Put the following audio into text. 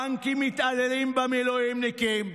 בנקים מתעללים במילואימניקים.